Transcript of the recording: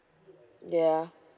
yeah